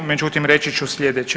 Međutim, reći ću slijedeće.